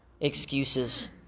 Excuses